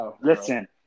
Listen